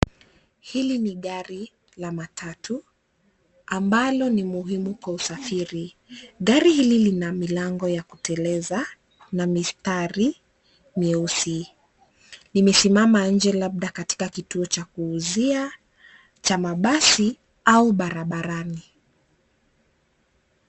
Hili ni gari la matatu ambalo ni muhimu kwa usafiri. Gari hili lina milango ya kuteleza na mistari mieusi. Limesimama nje labda katika kituo cha kuuzia cha mabasi au barabarani.